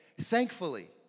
thankfully